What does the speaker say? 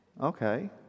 Okay